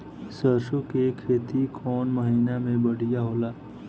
सरसों के खेती कौन महीना में बढ़िया होला?